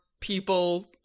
people